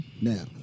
Now